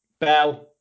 bell